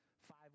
five